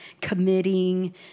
committing